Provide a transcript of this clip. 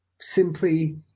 simply